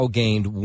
gained